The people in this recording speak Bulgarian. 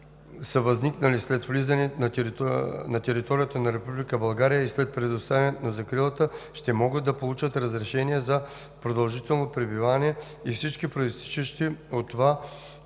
са възникнали след влизане на територията на Република България и след предоставянето на закрилата, ще могат да получат разрешение за продължително пребиваване и всички произтичащи от това